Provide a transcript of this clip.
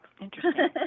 interesting